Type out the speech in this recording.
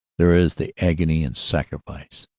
there is the agony and sacrifice.